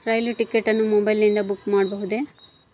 ರೈಲು ticket ಅನ್ನು ಮೊಬೈಲಿಂದ book ಮಾಡಬಹುದೆ?